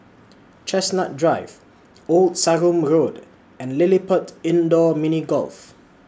Chestnut Drive Old Sarum Road and LilliPutt Indoor Mini Golf